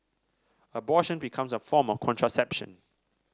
abortion becomes a form of contraception